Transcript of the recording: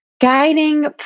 Guiding